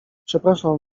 przepraszam